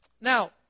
Now